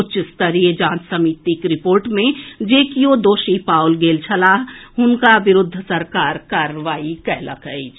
उच्च स्तरीय जांच समितिक रिपोर्ट मे जे किओ दोषी पाओल गेलाह अछि हुनका विरूद्ध सरकार कार्रवाई कयलक अछि